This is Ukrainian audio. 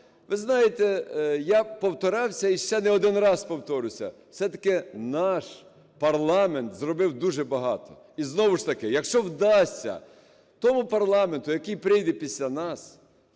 Ви знаєте, я повторявся і ще не один раз повторюся: все-таки наш парламент зробив дуже багато. І, знову ж таки, якщо вдасться тому парламенту, який прийде після нас,